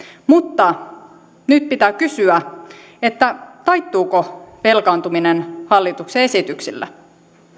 mutta nyt pitää kysyä taittuuko velkaantuminen hallituksen esityksillä